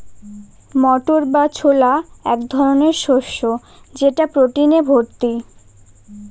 মটর বা ছোলা এক ধরনের শস্য যেটা প্রোটিনে ভর্তি